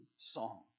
song